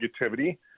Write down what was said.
negativity